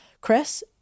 Chris